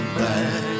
back